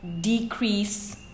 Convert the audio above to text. decrease